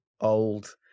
old